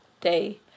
day